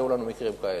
היו לנו מקרים כאלה.